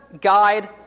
guide